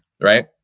right